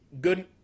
good